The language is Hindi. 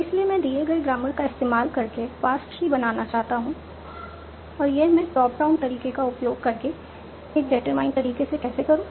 इसलिए मैं दिए गए ग्रामर का इस्तेमाल करके पार्स ट्री बनाना चाहता हूं और यह मैं टॉप डाउन तरीके का उपयोग करके एक डिटरमाइनर तरीके से कैसे करूं